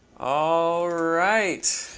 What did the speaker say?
all right,